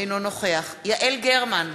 אינו נוכח יעל גרמן,